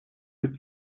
суть